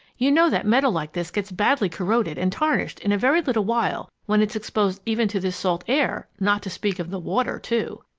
you know that metal like this gets badly corroded and tarnished in a very little while when it's exposed even to this salt air, not to speak of the water too.